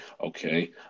Okay